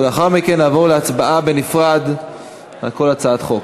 לאחר מכן נעבור להצבעה בנפרד על כל הצעת חוק.